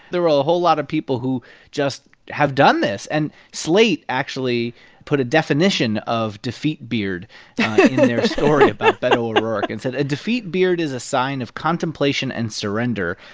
there were a whole lot of people who just have done this. and slate actually put a definition of defeat beard in their story about beto o'rourke and said, a defeat beard is a sign of contemplation and surrender,